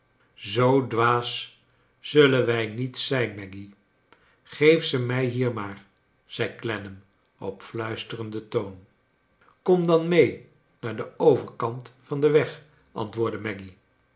zoo dwaas zullen wij niet zijn maggy gr ef z e raij hier maar zei clennam op fluisterenden toon kom dan mee naar den overkant van den weg antwoordde maggy